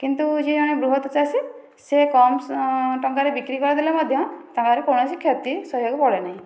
କିନ୍ତୁ ଯିଏ ଜଣେ ବୃହତ ଚାଷୀ ସେ କମ ଟଙ୍କାରେ ବିକ୍ରି କରିଦେଲେ ମଧ୍ୟ ତାଙ୍କର କୌଣସି କ୍ଷତି ସହିବାକୁ ପଡ଼େନାହିଁ